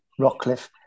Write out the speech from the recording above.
Rockcliffe